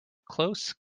close